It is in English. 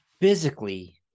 physically